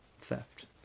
theft